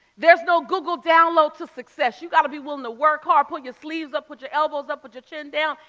there's no google download to success, you gotta be willing to work hard, pull your sleeves up, put your elbows up, put your chin down,